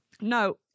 No